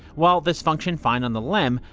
while this functioned fine on the lem,